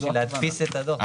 בשביל להדפיס את הדוח.